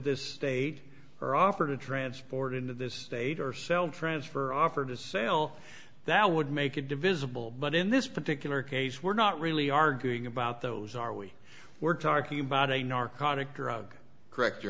this state or offer to transport into this state or sell transfer offer to sell that would make it divisible but in this particular case we're not really arguing about those are we were talking about a narcotic drug correct your